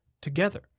together